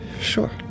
Sure